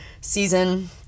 season